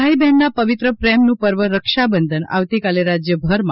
ભાઇ બહેનના પવિત્ર પ્રેમનું પર્વ રક્ષાબંધન આવતીકાલે રાજ્યભરમાં